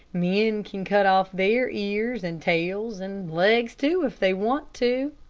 men can cut off their ears, and tails, and legs, too, if they want to.